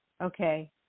Okay